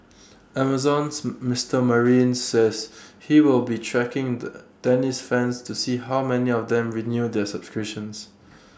Amazon's Mister marine says he will be tracking the tennis fans to see how many of them renew their subscriptions